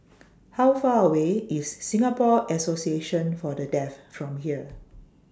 How Far away IS Singapore Association For The Deaf from here